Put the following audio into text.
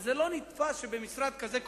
וזה לא נתפס שבמשרד כזה,